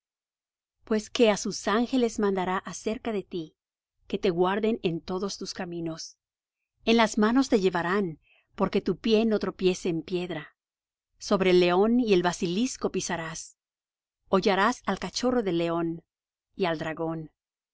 pues que á sus ángeles mandará acerca de ti que te guarden en todos tus caminos en las manos te llevarán porque tu pie no tropiece en piedra sobre el león y el basilisco pisarás hollarás al cachorro del león y al dragón